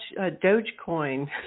Dogecoin